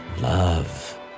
love